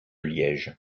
liège